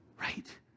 right